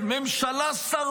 אסד